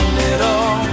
little